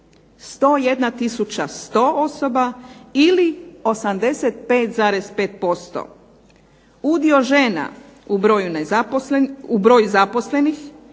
100 osoba ili 85,5%. Udio žena u broju zaposlenih